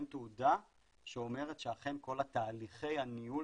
אין תעודה שאומרת שאכן כל תהליכי הניהול